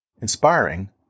inspiring